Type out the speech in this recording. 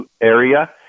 area